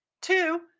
two